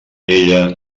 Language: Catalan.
ella